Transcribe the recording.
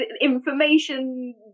information